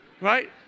Right